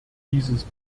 dieses